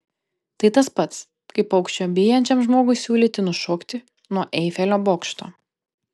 tai tas pats kaip aukščio bijančiam žmogui siūlyti nušokti nuo eifelio bokšto